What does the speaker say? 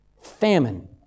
famine